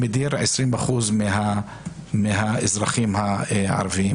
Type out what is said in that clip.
שמדיר 20% מהאזרחים באוכלוסייה.